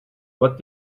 what